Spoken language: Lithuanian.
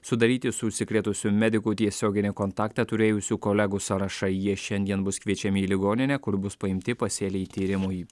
sudaryti su užsikrėtusiu mediku tiesioginį kontaktą turėjusių kolegų sąrašai jie šiandien bus kviečiami į ligoninę kur bus paimti pasėliai tyrimui